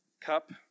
cup